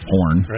porn